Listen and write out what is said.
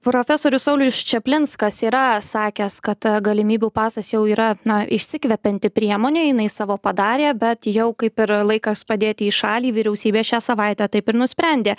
profesorius saulius čaplinskas yra sakęs kad galimybių pasas jau yra na išsikvepianti priemonė jinai savo padarė bet jau kaip ir laikas padėti į šalį vyriausybė šią savaitę taip ir nusprendė